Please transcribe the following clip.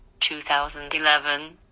2011